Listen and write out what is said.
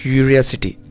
Curiosity